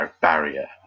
barrier